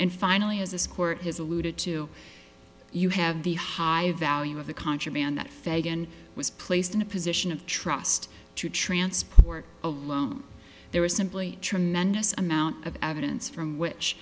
and finally is this court has alluded to you have the high value of the contraband that fagan was placed in a position of trust to transport alone there was simply a tremendous amount of evidence from which